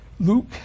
Luke